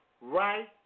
right